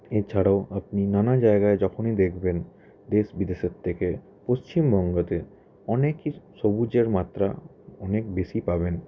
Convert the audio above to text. এছাড়াও আপনি নানা জায়গায় যখনই দেখবেন দেশ বিদেশের থেকে পশ্চিমবঙ্গতে অনেকই সবুজের মাত্রা অনেক বেশি পাবেন